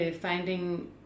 finding